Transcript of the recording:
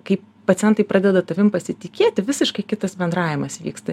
kai pacientai pradeda tavim pasitikėti visiškai kitas bendravimas vyksta